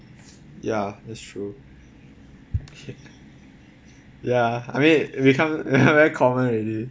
ya that's true ya I mean become become very common already